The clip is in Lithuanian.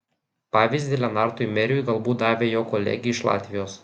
pavyzdį lenartui meriui galbūt davė jo kolegė iš latvijos